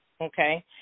Okay